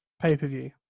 pay-per-view